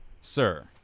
sir